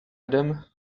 adam